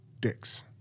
dicks